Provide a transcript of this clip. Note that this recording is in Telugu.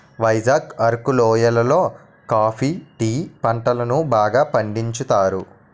వైజాగ్ అరకు లోయి లో కాఫీ టీ పంటలను బాగా పండించుతారు